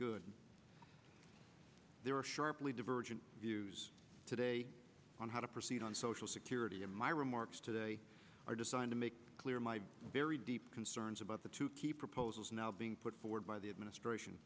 good there are sharply divergent views today on how to proceed on social security and my remarks today are designed to make clear my very deep concerns about the two key proposals now being put forward by the administration